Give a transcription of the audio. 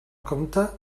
compte